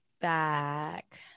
back